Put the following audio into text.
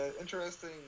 interesting